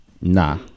nah